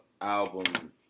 album